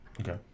okay